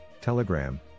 Telegram